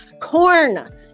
Corn